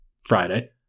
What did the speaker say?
Friday